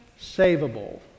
savable